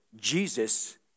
Jesus